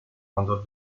under